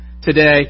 today